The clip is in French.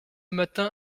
matin